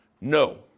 No